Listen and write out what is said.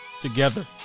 Together